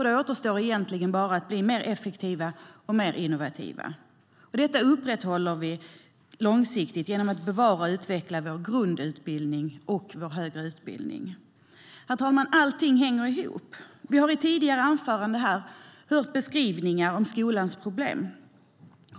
Då återstår egentligen bara att bli mer effektiva och mer innovativa, och detta upprätthåller vi långsiktigt genom att bevara och utveckla vår grundutbildning och vår högre utbildning. Herr talman! Allting hänger ihop. Vi har i tidigare anföranden hört beskrivningar om skolans problem.